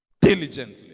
diligently